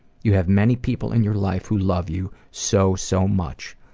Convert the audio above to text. you have many people in your life who love you so, so much.